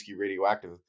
radioactive